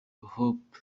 hope